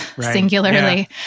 singularly